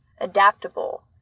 adaptable